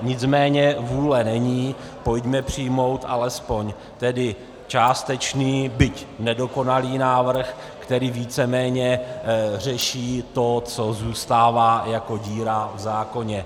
Nicméně vůle není, pojďme přijmout alespoň tedy částečný, byť nedokonalý návrh, který víceméně řeší to, co zůstává jako díra v zákoně.